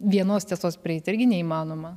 vienos tiesos prieit irgi neįmanoma